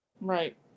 right